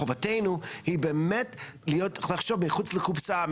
חובתנו היא באמת לחשוב מחוץ לקופסא,